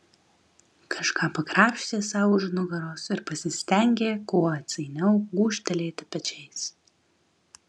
kažką pakrapštė sau už nugaros ir pasistengė kuo atsainiau gūžtelėti pečiais